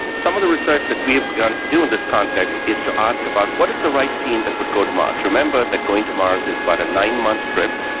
some of the research that we've begun to do in this context is to ask about what is the right team that would go to mars? remember that going to mars is about a nine-month trip.